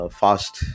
fast